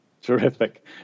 Terrific